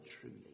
truly